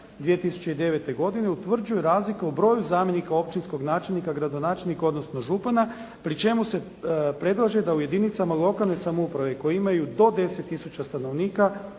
2009. godine utvrđuju razliku u broju zamjenika načelnika, gradonačelnika, odnosno župana pri čemu se predlaže da u jedinicama lokalne samouprave koje imaju do 10 tisuća stanovnika,